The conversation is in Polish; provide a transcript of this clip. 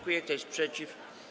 Kto jest przeciw?